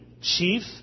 chief